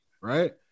right